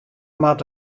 moat